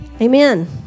Amen